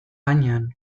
gainean